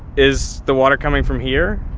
is the water coming from here?